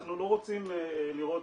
אנחנו לא רוצים לראות,